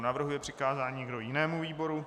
Navrhuje někdo přikázání jinému výboru?